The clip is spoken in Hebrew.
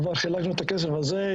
כבר חילקנו את הכסף הזה.